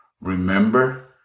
Remember